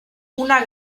una